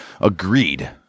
agreed